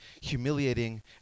humiliating